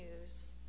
news